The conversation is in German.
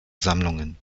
sammlungen